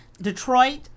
Detroit